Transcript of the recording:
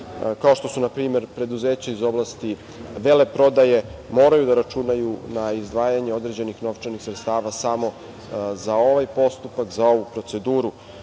kao što su npr. preduzeća iz oblasti veleprodaje, moraju da računaju na izdvajanje određenih novčanih sredstava samo za ovaj postupak, za ovu